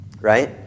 right